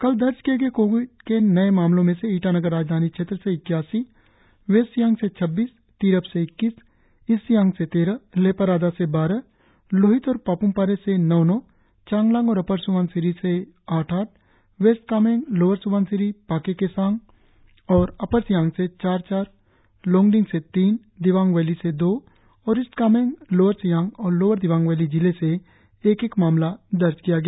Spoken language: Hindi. कल दर्ज किए गए कोविड के नए मामलों में से ईटानगर राजधानी क्षेत्र से इक्यासी वेस्ट सियांग से छब्बीस तिरप से इक्कीस ईस्ट सियांग से तेरह लेपारादा से बारह लोहित और पाप्मपारे से नौ नौ चांगलांग और अपर स्बनसिरी से आठ आठ वेस्ट कामेंग लोअर स्बनसिरी पाक्के केसांग और अपर सियांग से चार चार लोंगडिंग से तीन दिबांग वैली से दो और ईस्ट कामेंग लोअर सियांग और लोअर दिबांग वैली जिले से एक एक मामला दर्ज किया गया